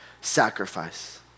sacrifice